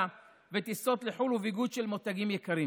וטיסות לחו"ל וביגוד של מותגים יקרים.